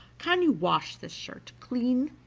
can you wash this shirt clean?